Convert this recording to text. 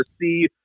see